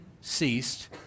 ceased